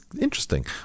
Interesting